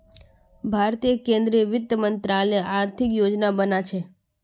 भारतीय केंद्रीय वित्त मंत्रालय आर्थिक योजना बना छे